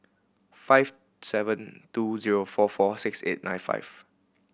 five seven two zero four four six eight nine five